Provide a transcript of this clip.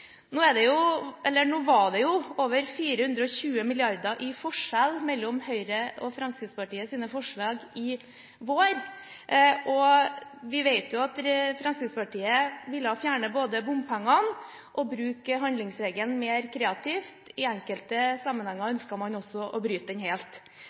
Nå var det over 420 mrd. kr i forskjell mellom Høyres og Fremskrittspartiets forslag i vår. Vi vet at Fremskrittspartiet både ville fjerne bompengene og bruke handlingsregelen mer kreativt – i enkelte sammenhenger ønsket man å bryte den helt.